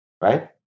right